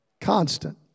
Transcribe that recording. Constant